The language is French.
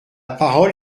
parole